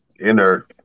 inner